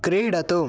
क्रीडतु